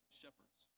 shepherds